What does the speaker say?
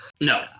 no